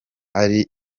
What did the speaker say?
ari